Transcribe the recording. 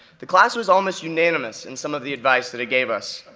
the class was almost unanimous in some of the advice that it gave us.